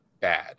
bad